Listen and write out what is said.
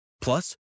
Plus